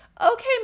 okay